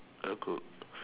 a good